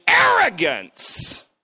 arrogance